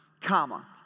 comma